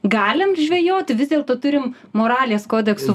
galim žvejoti vis dėlto turim moralės kodeksu